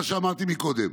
מה שאמרתי קודם.